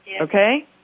Okay